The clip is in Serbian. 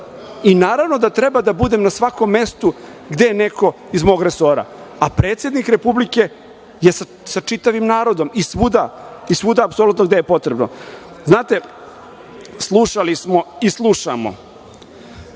i naravno da treba da budem na svakom mestu gde je neko iz mog resora, a predsednik Republike je sa čitavim narodom i svuda gde je potrebno. Znate, slušali smo i slušamo